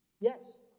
Yes